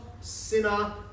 sinner